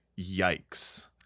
yikes